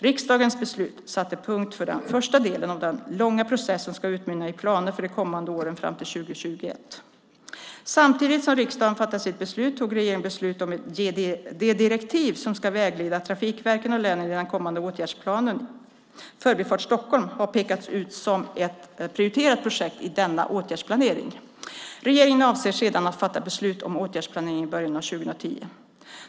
Riksdagens beslut satte punkt för den första delen av den långa process som ska utmynna i planer för de kommande åren fram till 2021. Samtidigt som riksdagen fattade sitt beslut tog regeringen beslut om de direktiv som ska vägleda trafikverken och länen i den kommande åtgärdsplaneringen. Förbifart Stockholm har pekats ut som ett prioriterat projekt i denna åtgärdsplanering. Regeringen avser sedan att fatta beslut om åtgärdsplaneringen i början av 2010.